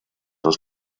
los